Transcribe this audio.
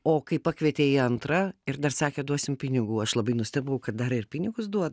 o kai pakvietė į antrą ir dar sakė duosim pinigų aš labai nustebau kad dar ir pinigus duoda